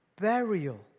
burial